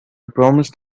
promised